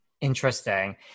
Interesting